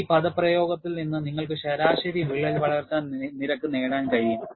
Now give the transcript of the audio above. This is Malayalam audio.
ഈ പദപ്രയോഗത്തിൽ നിന്ന് നിങ്ങൾക്ക് ശരാശരി വിള്ളൽ വളർച്ചാ നിരക്ക് നേടാൻ കഴിയും